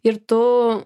ir tu